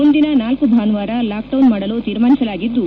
ಮುಂದಿನ ನಾಲ್ಲು ಬಾನುವಾರ ಲಾಕ್ ಡೌನ್ ಮಾಡಲು ತೀರ್ಮಾನಿಸಲಾಗಿದ್ದು